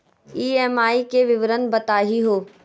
EMI के विवरण बताही हो?